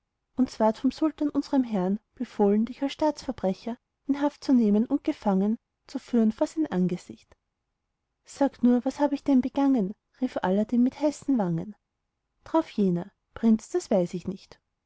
uns ward vom sultan unsrem herrn befohlen dich als staatsverbrecher in haft zu nehmen und gefangen zu führen vor sein angesicht sag nur was hab ich denn begangen rief aladdin mit heißen wangen drauf jener prinz das weiß ich nicht